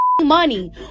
Money